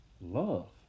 love